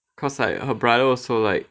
cause I her brother also like